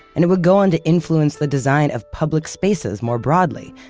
and it would go on to influence the design of public spaces more broadly,